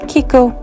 Kiko